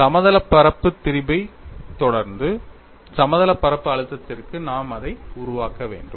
சமதளப் பரப்பு திரிபுவைத் தொடர்ந்து சமதளப் பரப்பு அழுத்தத்திற்கு நாம் அதை உருவாக்க வேண்டும்